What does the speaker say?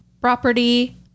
property